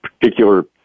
particular